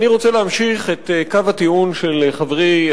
אני רוצה להמשיך את קו הטיעון של חברי,